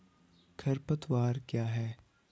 खरपतवार क्या है?